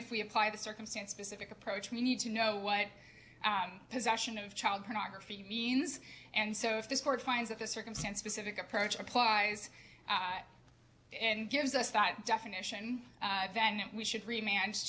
if we apply the circumstance specific approach we need to know what possession of child pornography means and so if this court finds that this circumstance specific approach applies and gives us that definition then we should remain hands